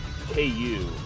KU